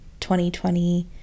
2020